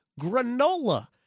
granola